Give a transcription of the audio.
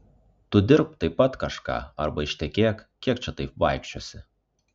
tu dirbk taip pat kažką arba ištekėk kiek čia taip vaikščiosi